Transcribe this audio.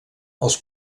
els